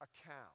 account